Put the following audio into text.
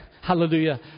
hallelujah